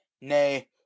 nay